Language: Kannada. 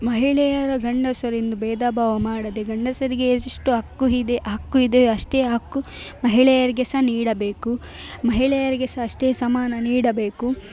ಮಹಿಳೆಯರ ಗಂಡಸರಿಂದ ಭೇದಭಾವ ಮಾಡದೆ ಗಂಡಸರಿಗೆ ಇಷ್ಟು ಹಕ್ಕು ಇದೆ ಹಕ್ಕು ಇದೆ ಅಷ್ಟೇ ಹಕ್ಕು ಮಹಿಳೆಯರಿಗೆ ಸಹ ನೀಡಬೇಕು ಮಹಿಳೆಯರಿಗೆ ಸಹ ಅಷ್ಟೇ ಸಮಾನ ನೀಡಬೇಕು